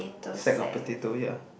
sack a potato here